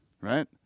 right